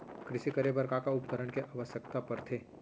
कृषि करे बर का का उपकरण के आवश्यकता परथे?